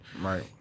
Right